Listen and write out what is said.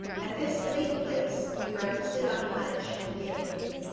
at this bleak place we breakfasted on punch and guinea-pig.